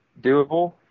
doable